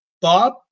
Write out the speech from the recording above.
Bob